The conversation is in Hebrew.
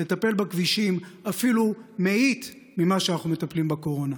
ולטפל בכבישים אפילו מאית ממה שאנחנו מטפלים בקורונה.